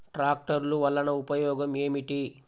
ట్రాక్టర్లు వల్లన ఉపయోగం ఏమిటీ?